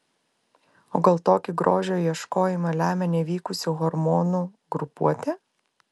o gal tokį grožio ieškojimą lemia nevykusi hormonų grupuotė